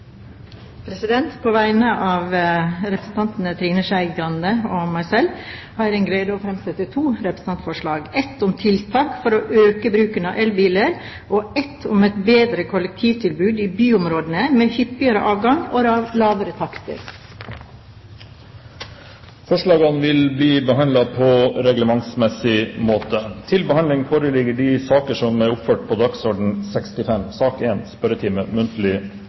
På vegne av representanten Trine Skei Grande og meg selv har jeg den glede å fremsette to representantforslag: et om tiltak for å øke bruken av elbiler, og et om et bedre kollektivtilbud i byområdene med hyppigere avganger og lavere takster. Forslagene vil bli behandlet på reglementsmessig måte. Stortinget mottok mandag meddelelse fra Statsministerens kontor om at statsrådene Grete Faremo, Erik Solheim og Anniken Huitfeldt vil møte til muntlig